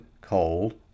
Cold